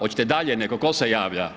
Oćete dalje neko, tko se javlja?